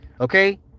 Okay